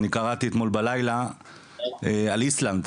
אני קראתי אתמול בלילה על איסלנד.